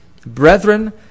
Brethren